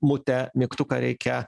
mute mygtuką reikia